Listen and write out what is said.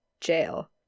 jail